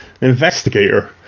Investigator